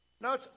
Now